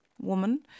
woman